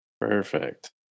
Perfect